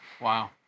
Wow